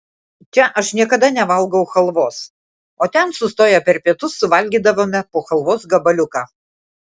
čia aš niekada nevalgau chalvos o ten sustoję per pietus suvalgydavome po chalvos gabaliuką